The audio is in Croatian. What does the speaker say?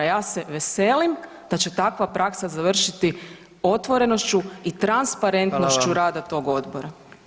Ja se veselim da će takva praksa završiti otvorenošću i transparentnošću [[Upadica: Hvala vam]] rada tog odbora.